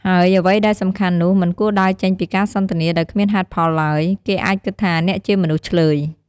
ហើយអ្វីដែលសំខាន់នោះ មិនគួរដើរចេញពីការសន្ទនា ដោយគ្មានហេតុផលឡើយ គេអាចគិតថាអ្នកជាមនុស្សឈ្លើយ។